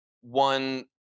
one